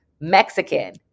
Mexican